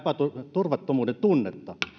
turvattomuudentunnetta